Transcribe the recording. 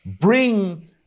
bring